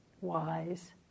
wise